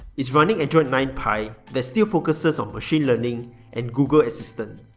it's running android nine pie that still focuses on machine learning and google assistant.